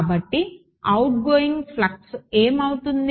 కాబట్టి outgoing flux ఏం అవుతుంది